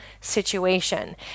situation